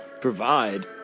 provide